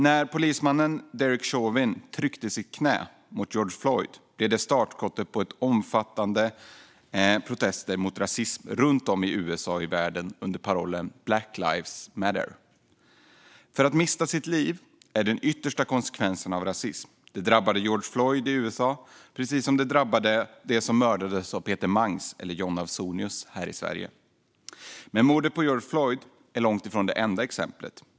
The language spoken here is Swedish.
När polismannen Derek Chauvin tryckte sitt knä mot George Floyd blev det startskottet på omfattande protester mot rasismen runt om i USA och i världen under parollen Black lives matter. Att mista sitt liv är den yttersta konsekvensen av rasism. Detta drabbade George Floyd i USA, precis som det drabbade till exempel dem som mördades av Peter Mangs eller John Ausonius här i Sverige. Men mordet på George Floyd är långt ifrån det enda exemplet.